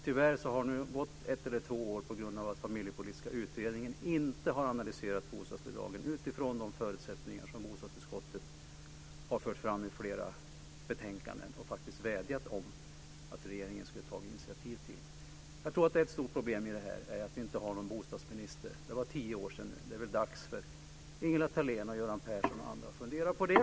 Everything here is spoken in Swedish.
Tyvärr har det nu gått ett eller två år på grund av att Familjepolitiska utredningen inte har analyserat bostadsbidragen utifrån de förutsättningar som bostadsutskottet har fört fram i flera betänkanden och som det faktiskt vädjat om att regeringen ska ta initiativ till. Ett stort problem med detta är att vi inte har någon bostadsminister. Det är nu tio år sedan en sådan fanns. Det är dags för Ingela Thalén, Göran Persson och andra att fundera på det.